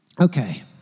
Okay